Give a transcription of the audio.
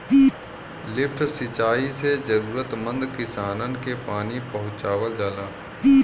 lift सिंचाई से जरूरतमंद किसानन के पानी पहुंचावल जाला